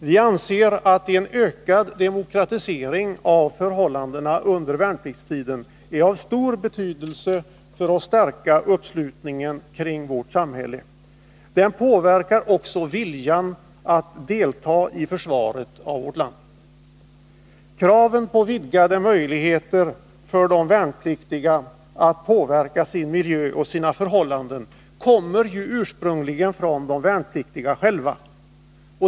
Vi anser att en ökad demokratisering av förhållandena under värnpliktstiden är av stor betydelse för att stärka uppslutningen kring vårt samhälle. Den påverkar därmed också viljan att delta i försvaret av vårt land. Kraven på vidgade möjligheter för de värnpliktiga att påverka sin miljö och sina förhållanden kommer ursprungligen från de värnpliktiga själva.